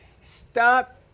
stop